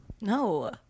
No